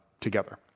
together